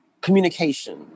communication